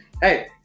hey